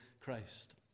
Christ